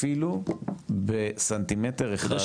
אפילו בסנטימטר אחד.